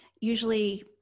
Usually